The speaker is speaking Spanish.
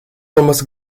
tomás